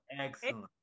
Excellent